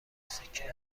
سکه